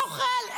נוכל.